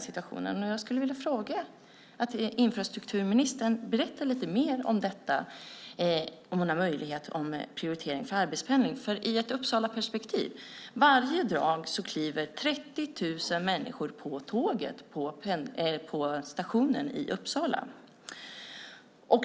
Jag skulle vilja fråga infrastrukturministern direkt och lite mer om prioriteringen av arbetspendling, om hon har möjlighet. Jag kan ta det ur ett Uppsalaperspektiv: Varje dag kliver 30 000 människor på tåget på stationen i Uppsala.